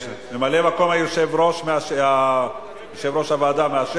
ממלא-מקום יושב-ראש הוועדה, חבר